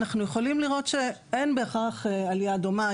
אנחנו יכולים לראות שאין בהכרח עלייה דומה,